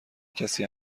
کسی